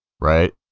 Right